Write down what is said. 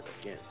again